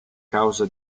causa